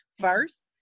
first